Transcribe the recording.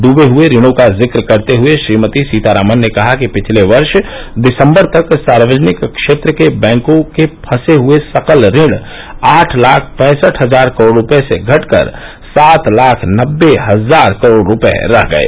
ड्वे हुए ऋणों का जिक्र करते हुए श्रीमती सीतारामन ने कहा कि पिछले वर्ष दिसंबर तक सार्वजनिक क्षेत्र के बैंकों के फंसे हुए सकल ऋण आठ लाख पैंसठ हजार करोड़ रुपये से घटकर सात लाख नब्बे हजार करोड़ रुपये रह गए